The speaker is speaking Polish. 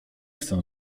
chcę